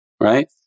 right